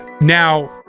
now